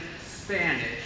Spanish